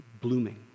blooming